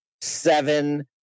seven